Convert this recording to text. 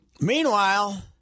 Meanwhile